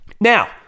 Now